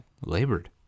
labored